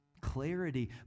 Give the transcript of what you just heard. clarity